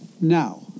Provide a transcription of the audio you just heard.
Now